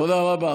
תודה רבה.